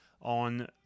on